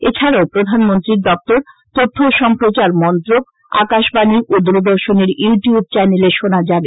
এছাড়াও প্রধানমন্ত্রীর দপ্তর তথ্য ও সম্প্রচার মন্ত্রক আকাশবাণী ও দূরদর্শনের ইউ টিউব চ্যানেলে শোনা যাবে